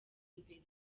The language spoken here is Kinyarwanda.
imbere